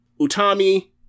Utami